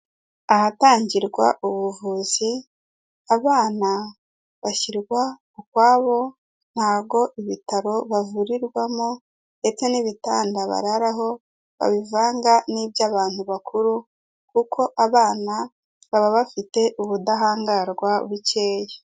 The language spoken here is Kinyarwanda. Ahatangirwa ubuvuzi abana bashyirwa ukwabo ntawo ibitaro bavurirwamo ndetse n'ibitanda bararaho babivanga n'iby'abantu bakuru, kuko abana baba bafite ubudahangarwa bukeya.